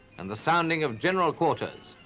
and the sounding of general quarters.